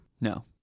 no